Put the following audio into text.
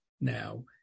now